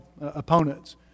opponents